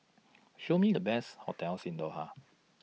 Show Me The Best hotels in Doha